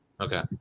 Okay